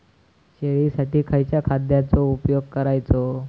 शेळीसाठी खयच्या खाद्यांचो उपयोग करायचो?